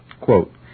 Quote